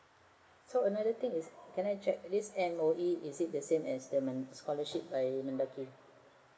so another thing is can I check this M_O_E is it the same as the men~ scholarship by mendaki